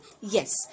Yes